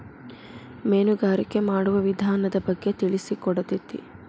ಮೇನುಗಾರಿಕೆ ಮಾಡುವ ವಿಧಾನದ ಬಗ್ಗೆ ತಿಳಿಸಿಕೊಡತತಿ